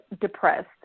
depressed